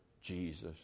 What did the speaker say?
jesus